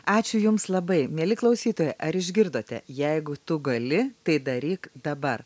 ačiū jums labai mieli klausytojai ar išgirdote jeigu tu gali tai daryk dabar